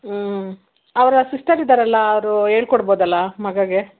ಹ್ಞೂ ಅವರ ಸಿಸ್ಟರ್ ಇದ್ದಾರಲ್ಲ ಅವರು ಹೇಳ್ಕೊಡ್ಬೋದಲ್ಲ ಮಗಗೆ